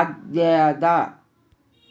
ಆಗ್ಯಾದ